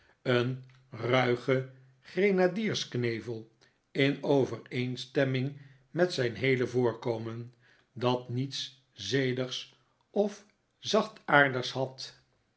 een ruigen grenadiersknevel in overeenstemming met zijn heele voorkomen dat niets zedigs of zachtaardigs had